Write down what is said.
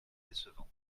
décevant